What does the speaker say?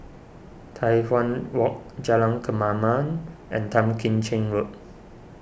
Tai Hwan Walk Jalan Kemaman and Tan Kim Cheng Road